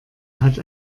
hat